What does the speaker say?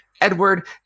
edward